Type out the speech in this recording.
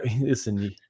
listen